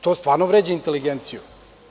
To stvarno vređa inteligenciju.